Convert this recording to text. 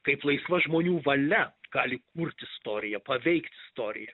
kaip laisva žmonių valia gali kurt istoriją paveikt istoriją